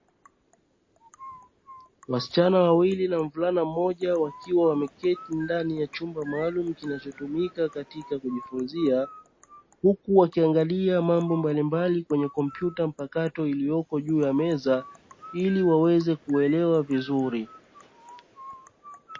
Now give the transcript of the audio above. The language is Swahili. Wasichana wawili na mvulana mmoja wakiwa wameketi ndani ya chumba maalumu kinachotumika katika kujifunzia, huku wakiangalia mambo mbalimbali kwenye kompyuta mpakato iliyopo juu ya meza ili waweze kuelewa vizuri.